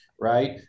right